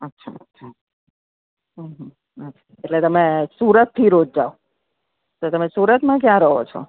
અચ્છા અચ્છા હં હં હં એટલે તમે સુરતથી રોજ જાવ તો તમે સુરતમાં ક્યાં રહો છો